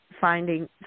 finding